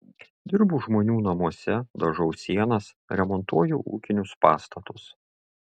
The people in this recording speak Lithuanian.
dirbu žmonių namuose dažau sienas remontuoju ūkinius pastatus